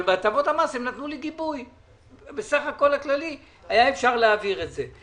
אבל בהטבות המס הם נתנו לי גיבוי ובסך הכול אפשר היה להעביר את זה.